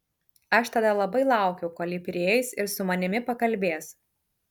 aš tada labai laukiau kol ji prieis ir su manimi pakalbės